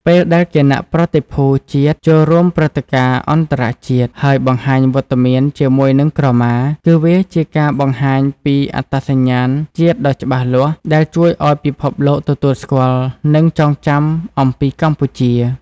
ពេលដែលគណៈប្រតិភូជាតិចូលរួមព្រឹត្តិការណ៍អន្តរជាតិ ហើយបង្ហាញវត្តមានជាមួយនឹងក្រមា គឺវាជាការបង្ហាញពី អត្តសញ្ញាណជាតិដ៏ច្បាស់លាស់ ដែលជួយឲ្យពិភពលោកទទួលស្គាល់ និងចងចាំអំពីកម្ពុជា។